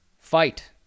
Fight